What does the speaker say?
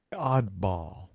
oddball